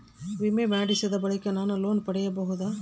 ವಿಮೆ ಮಾಡಿಸಿದ ಬಳಿಕ ನಾನು ಲೋನ್ ಪಡೆಯಬಹುದಾ?